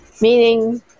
Meaning